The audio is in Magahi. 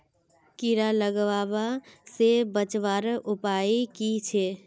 कीड़ा लगवा से बचवार उपाय की छे?